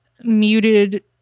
muted